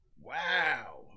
Wow